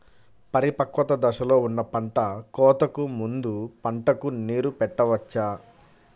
పరిపక్వత దశలో ఉన్న పంట కోతకు ముందు పంటకు నీరు పెట్టవచ్చా?